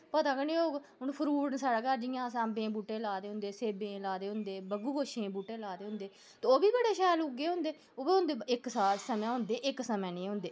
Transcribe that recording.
पता गै निं होग हून फ्रूट ऐ साढ़े घर जि'यां असें अम्बें दे बूह्टे लाऐ दे होंदे सेबें ला दे होंदे बग्गू गोशें बूह्टे लाऐ होंदे ते ओह् बी बड़े शैल उग्गे होंदे उ'ऐ होंदे इक खास समें होंदे इक समें निं होंदे